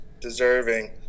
deserving